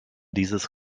dieses